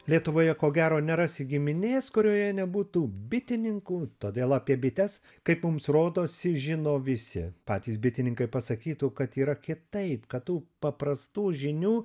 lietuvoje ko gero nerasi giminės kurioje nebūtų bitininkų todėl apie bites kaip mums rodosi žino visi patys bitininkai pasakytų kad yra kitaip kad tų paprastų žinių